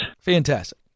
Fantastic